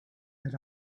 that